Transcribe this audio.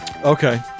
Okay